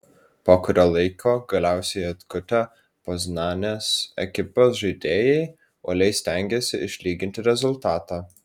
po kurio laiko galiausiai atkutę poznanės ekipos žaidėjai uoliai stengėsi išlyginti rezultatą